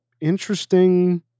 interesting